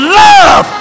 love